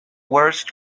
worst